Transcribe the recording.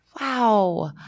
Wow